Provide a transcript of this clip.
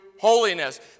holiness